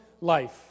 life